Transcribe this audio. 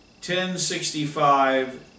1065